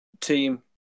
team